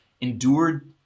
endured